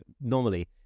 normally